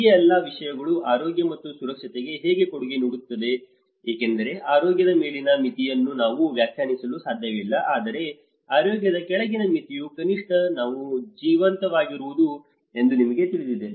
ಈ ಎಲ್ಲಾ ವಿಷಯಗಳು ಆರೋಗ್ಯ ಮತ್ತು ಸುರಕ್ಷತೆಗೆ ಹೇಗೆ ಕೊಡುಗೆ ನೀಡುತ್ತವೆ ಏಕೆಂದರೆ ಆರೋಗ್ಯದ ಮೇಲಿನ ಮಿತಿಯನ್ನು ನಾವು ವ್ಯಾಖ್ಯಾನಿಸಲು ಸಾಧ್ಯವಿಲ್ಲ ಆದರೆ ಆರೋಗ್ಯದ ಕೆಳಗಿನ ಮಿತಿಯು ಕನಿಷ್ಠ ನಾವು ಜೀವಂತವಾಗಿರುವುದು ಎಂದು ನಿಮಗೆ ತಿಳಿದಿದೆ